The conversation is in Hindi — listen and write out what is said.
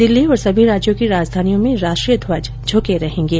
दिल्ली और सभी राज्यों की राजधानियों में राष्ट्रीय ध्वज झुके रहेंगे